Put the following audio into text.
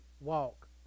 walk